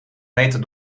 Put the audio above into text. meter